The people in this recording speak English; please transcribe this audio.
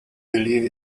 believe